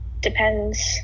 depends